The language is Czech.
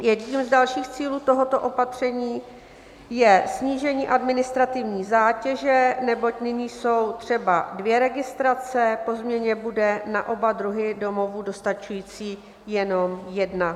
Jedním z dalších cílů tohoto opatření je snížení administrativní zátěže, neboť nyní jsou třeba dvě registrace, po změně bude na oba druhy domovů dostačující jenom jedna.